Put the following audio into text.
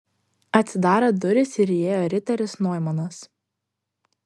atsidarė durys ir įėjo riteris noimanas